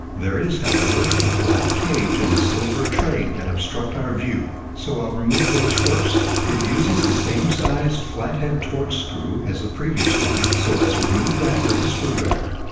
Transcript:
there is, however, a black cage and a silver tray that obstruct our view, so i'll remove those first. it uses the same size flat-head torx screw as the previous one, so let's remove that with the screwdriver.